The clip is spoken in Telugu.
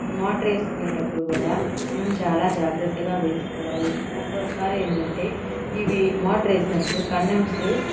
మోటారు వేసుకునేటప్పుడు కూడా మనం చాలా జాగ్రత్తగా వేసుకోవాలి ఒక్కోసారి ఏంటంటే ఇవి మోటరు వేసినప్పుడు కండెన్సరు